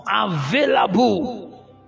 available